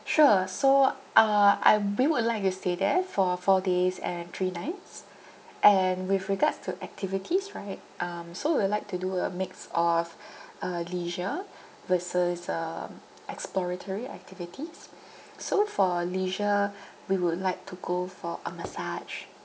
sure so uh I we would like to stay there for four days and three nights and with regards to activities right um so we will like to do a mix of uh leisure versus um exploratory activities so for leisure we would like to go for a massage